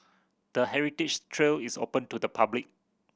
the heritage trail is open to the public